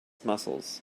muscles